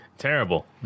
terrible